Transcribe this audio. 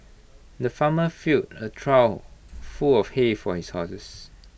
the farmer filled A trough full of hay for his horses